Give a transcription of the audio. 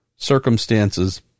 circumstances